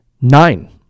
Nine